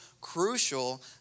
crucial